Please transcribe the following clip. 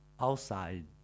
outside